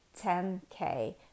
10k